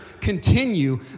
continue